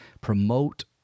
promote